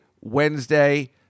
Wednesday